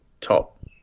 top